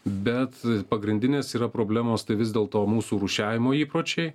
bet pagrindinės yra problemos tai vis dėl to mūsų rūšiavimo įpročiai